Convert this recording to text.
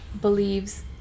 believes